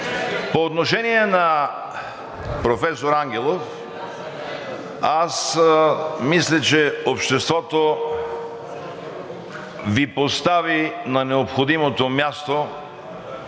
По отношение на професор Ангелов – аз мисля, че обществото Ви постави на необходимото място